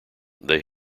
they